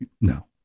No